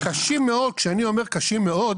כשאני אומר קשים מאוד,